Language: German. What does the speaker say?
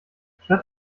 statt